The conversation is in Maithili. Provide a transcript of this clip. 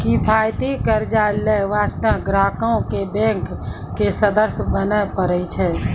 किफायती कर्जा लै बास्ते ग्राहको क बैंक के सदस्य बने परै छै